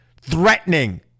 Threatening